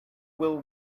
will